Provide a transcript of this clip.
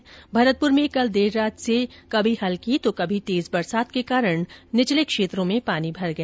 वहीं भरतपुर में कल देर रात से ही कभी हल्की तो कभी तेज बरसात के कारण निचते क्षेत्रों में पानी भर गया